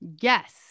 Yes